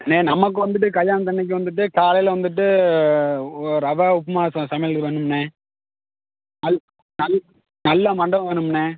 அண்ணே நமக்கு வந்துட்டு கல்யாணத்தன்னைக்கு வந்துட்டு காலையில் வந்துட்டு ஓ ரவா உப்புமா ச சமையல் வேணும்ண்ணே அது அது நல்ல மண்டபம் வேணும்ணே